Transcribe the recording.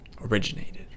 originated